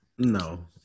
No